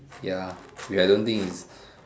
ya wait I don't think is